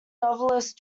novelist